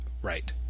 Right